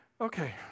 Okay